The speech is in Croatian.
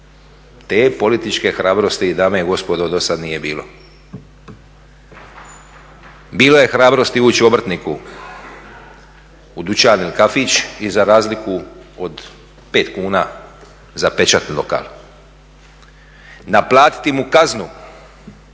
Te političke hrabrosti dame i gospodo dosad nije bilo. Bilo je hrabrosti ući obrtniku u dućan ili kafić i za razliku od 5 kuna zapečatit lokal, naplatiti mu kaznu